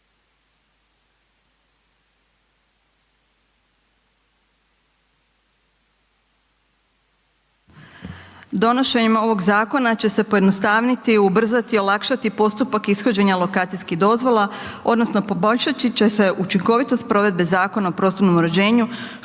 Donošenjem ovog zakona će se pojednostaviti, ubrzati i olakšati postupak ishođenja lokacijskih dozvola odnosno poboljšati će se učinkovitost provedbe Zakona o prostornom uređenju,